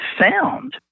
found